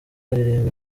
aririmba